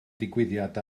digwyddiad